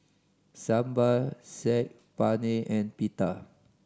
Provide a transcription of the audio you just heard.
Sambar Saag Paneer and Pita